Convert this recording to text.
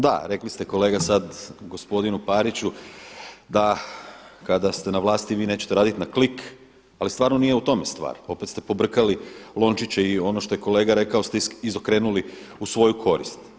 Da, rekli ste kolega sad gospodinu Pariću da kada ste na vlasti vi nećete raditi na klin, ali stvarno nije u tome stvar, opet ste pobrkali lončiće i ono što je kolega rekao ste izokrenuli u svoju korist.